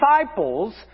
disciples